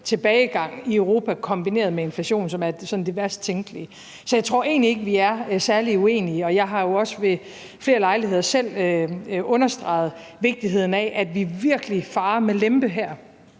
tilbagegang, i Europa kombineret med inflation, som sådan er det værst tænkelige. Så jeg tror egentlig ikke, vi er særlig uenige, og jeg har jo også ved flere lejligheder selv understreget vigtigheden af, at vi her virkelig farer med lempe.